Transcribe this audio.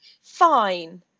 fine